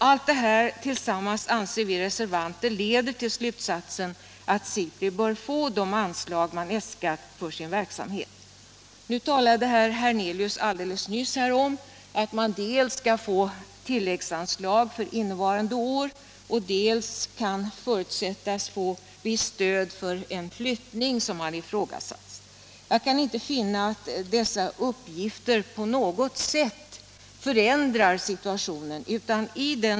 Allt det här tillsammans anser vi reservanter leder till slutsatsen att SIPRI bör få de anslag institutet äskar för sin verksamhet. Herr Hernelius talade nyss om att institutet dels skall få tilläggsanslag för innevarande år, dels kan förutsättas få visst stöd för en flyttning som har ifrågasatts. Jag kan inte finna att dessa uppgifter på något sätt förändrar situationen.